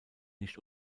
nicht